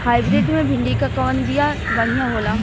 Hybrid मे भिंडी क कवन बिया बढ़ियां होला?